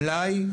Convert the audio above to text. מלאי,